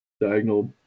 diagonal